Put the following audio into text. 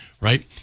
right